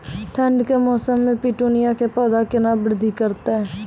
ठंड के मौसम मे पिटूनिया के पौधा केना बृद्धि करतै?